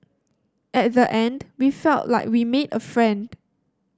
at the end we felt like we made a friend